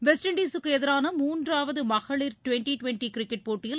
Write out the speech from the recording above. west இண்டீசுக்கு எதிரான மூன்றாவது மகளிர் டிவெண்டி டிவெண்டி கிரிக்கெட் போட்டியில்